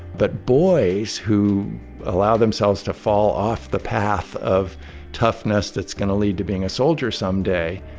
but boys who allow themselves to fall off the path of toughness that's going to lead to being a soldier someday,